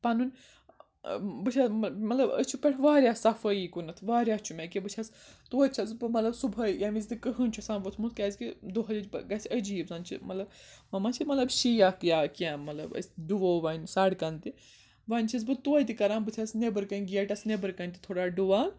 پَنُن بہٕ چھَس مطلب أسۍ چھِ پٮ۪ٹھ واریاہ صفٲیی کُنَتھ واریاہ چھُ مےٚ کہِ بہٕ چھَس توتہِ چھَس بہٕ مطلب صُبحٲے ییمہِ وِزتہِ کٕہٕنۍ چھُ آسان ووٚتھمُت کیٛازِکہِ دۄہچ گژھِ عجیٖب زَن چھِ مطلب وما چھِ مطلب شیکھ یا کینٛہہ مطلب أسۍ ڈُوو وَنۍ سَڑکَن تہِ وَۄنۍ چھَس بہٕ توت تہِ کَران بہٕ چھَس نی۪برٕ کَنۍ گیٹَس نیبرٕ کَنۍ تہِ تھوڑا ڈُوان